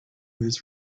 his